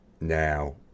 now